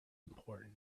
important